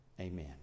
Amen